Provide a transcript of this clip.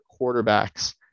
quarterbacks